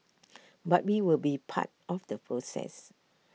but we will be part of the process